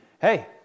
hey